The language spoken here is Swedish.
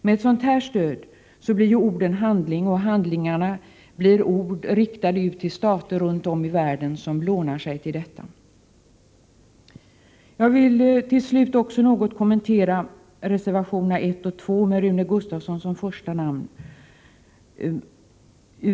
Med ett sådant här stöd blir ju orden handling, och handlingarna blir ord riktade ut till stater runt om i världen som lånar sig till sådan här verksamhet. Jag vill till slut också något kommentera reservationerna 1 och 2 med Rune Gustavsson som första namn.